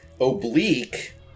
Oblique